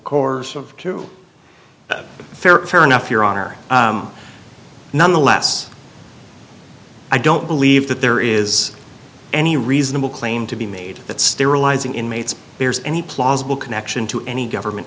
of fair enough your honor nonetheless i don't believe that there is any reasonable claim to be made that sterilizing inmates there's any plausible connection to any government